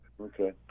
Okay